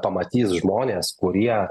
pamatys žmonės kurie